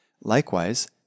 Likewise